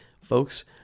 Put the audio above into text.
Folks